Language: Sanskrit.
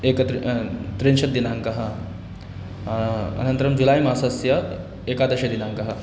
एक त्रि त्रिंशत्दिनाङ्कः अनन्तरं जुलै मासस्य एकादशदिनाङ्कः